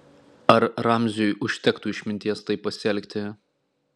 ar ramziui užtektų išminties taip pasielgti